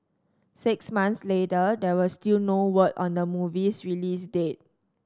six months later there was still no word on the movie's release date